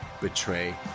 betray